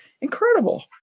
incredible